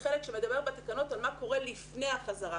החלק שמדבר בתקנות על מה קורה לפני החזרה.